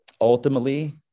Ultimately